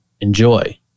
enjoy